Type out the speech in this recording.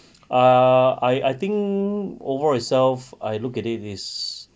err I I think overall itself I looked at it is